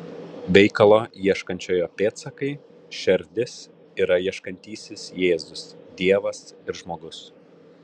veikalo ieškančiojo pėdsakai šerdis yra ieškantysis jėzus dievas ir žmogus